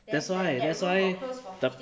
that's why that's why the